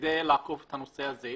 כדי לעקוף את הנושא הזה,